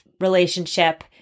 relationship